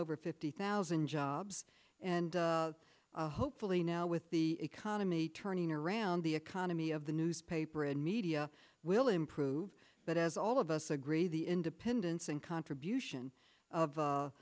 over fifty thousand jobs and hopefully now with the economy turning around the economy of the newspaper and media will improve but as all of us agree the independence and contribution